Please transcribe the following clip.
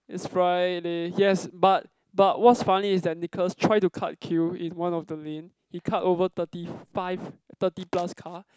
it's Friday yes but but what's funny is that Nicholas try to cut queue in one of the lane he cut over thirty five thirty plus car